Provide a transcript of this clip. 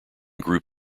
group